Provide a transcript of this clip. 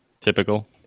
Typical